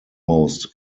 most